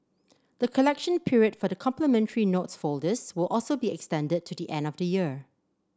the collection period for the complimentary notes folders will also be extended to the end of the year